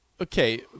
okay